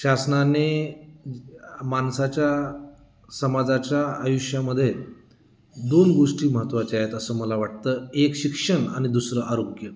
शासनाने माणसाच्या समाजाच्या आयुष्यामध्ये दोन गोष्टी महत्वाच्या आहेत असं मला वाटतं एक शिक्षण आणि दुसरं आरोग्य